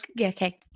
Okay